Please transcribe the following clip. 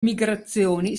migrazioni